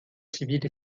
civile